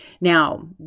Now